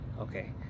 okay